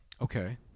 Okay